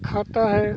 खाता है